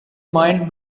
mind